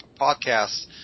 podcasts